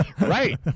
Right